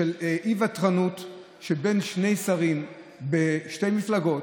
אי-ותרנות בין שני שרים בשתי מפלגות,